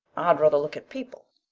i'd ruther look at people.